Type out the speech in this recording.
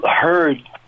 heard